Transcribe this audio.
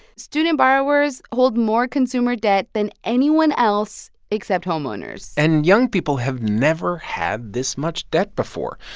student borrowers hold more consumer debt than anyone else except homeowners and young people have never had this much debt before.